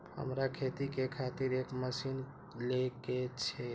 हमरा खेती के खातिर एक मशीन ले के छे?